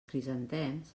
crisantems